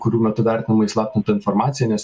kurių metu vertinama įslaptinta informacija nes